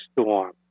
storm